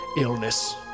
illness